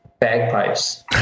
bagpipes